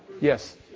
Yes